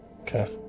Okay